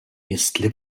jestli